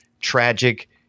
tragic